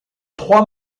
trois